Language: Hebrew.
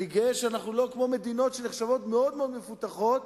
אני גאה שאנחנו לא כמו מדינות שנחשבות מאוד מאוד מפותחות,